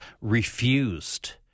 refused